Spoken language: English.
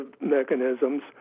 mechanisms